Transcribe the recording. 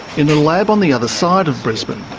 in a lab on the other side of brisbane,